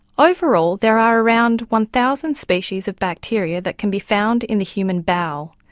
overall there are around one thousand species of bacteria that can be found in the human bowel,